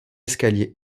escaliers